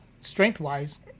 strength-wise